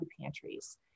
pantries